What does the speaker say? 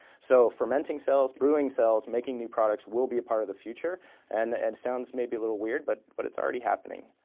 so fermenting cells, brewing cells, making new products will be a part of the future and and sounds maybe a little weird, but but it's already happening.